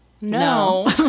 no